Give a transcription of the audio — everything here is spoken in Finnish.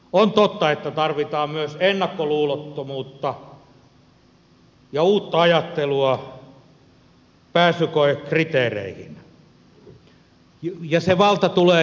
on totta että tarvitaan myös ennakkoluulottomuutta ja uutta ajattelua pääsykoekriteereihin ja sen vallan tulee jatkossakin olla korkeakouluilla itsellään